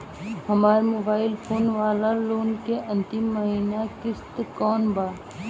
हमार mobile phone वाला loan के अंतिम महिना किश्त कौन बा?